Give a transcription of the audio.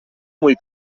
mwy